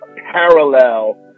Parallel